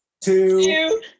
two